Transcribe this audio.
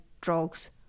drugs